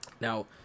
Now